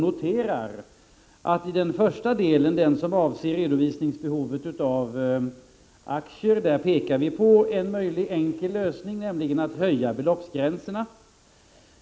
I den första delen, som avser redovisningsbehovet av aktier, pekar vi på en enkel lösning, nämligen att höja beloppsgränsen.